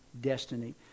destiny